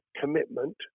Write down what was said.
commitment